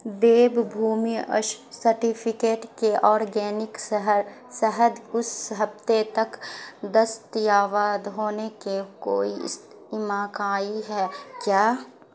دیو Bhoomi certificate کے organic سہر شہد اس ہفتے تک دستیاواد ہونے کے کوئی اس اماکائی ہے کیا